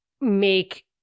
make